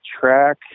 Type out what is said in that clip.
track